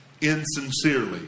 insincerely